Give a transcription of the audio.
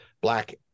black